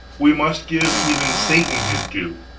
we must give even satan his due.